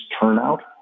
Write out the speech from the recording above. turnout